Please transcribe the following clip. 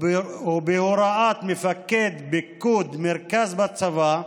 ובהוראת מפקד פיקוד מרכז בצבא,